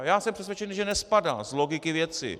Já jsem přesvědčen, že nespadá z logiky věci.